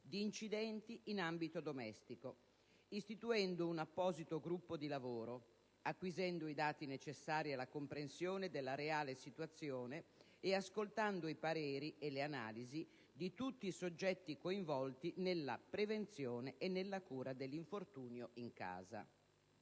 di incidenti in ambito domestico, istituendo un apposito gruppo di lavoro, acquisendo i dati necessari alla comprensione della reale situazione e ascoltando i pareri e le analisi di tutti i soggetti coinvolti nella prevenzione e nella cura dell'infortunio in casa.